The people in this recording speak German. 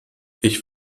ich